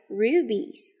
rubies